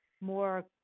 more